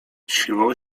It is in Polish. siłą